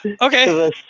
Okay